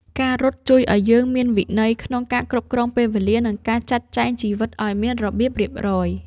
ការរត់ជួយឱ្យយើងមានវិន័យក្នុងការគ្រប់គ្រងពេលវេលា និងការចាត់ចែងជីវិតឱ្យមានរបៀបរៀបរយ។